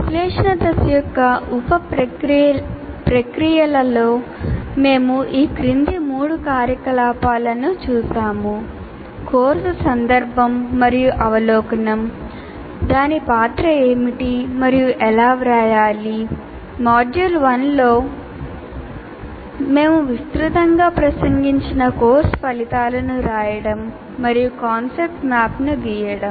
విశ్లేషణ దశ యొక్క ఉప ప్రక్రియలలో మేము ఈ క్రింది మూడు కార్యకలాపాలను చూశాము కోర్సు సందర్భం మరియు అవలోకనం దాని పాత్ర ఏమిటి మరియు ఎలా వ్రాయాలి మాడ్యూల్ 1 లో మేము విస్తృతంగా ప్రసంగించిన కోర్సు ఫలితాలను రాయడం మరియు కాన్సెప్ట్ మ్యాప్ను గీయడం